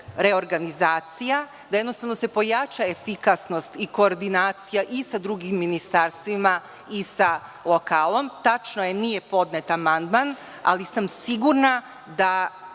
reorganizacija, da se jednostavno pojača efikasnost i koordinacija i sa drugim ministarstvima i sa lokalom. Tačno je, nije podnet amandman, ali sam sigurna,